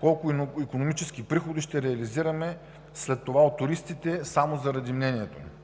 колко икономически приходи ще реализираме след това от туристите само заради мнението му.